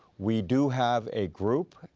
we do have a group,